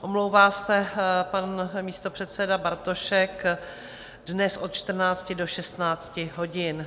Omlouvá se pan místopředseda Bartošek dnes od 14 do 16 hodin.